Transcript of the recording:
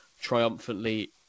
triumphantly